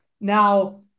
Now